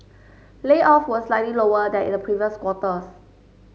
layoff were slightly lower than in the previous quarters